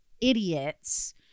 idiots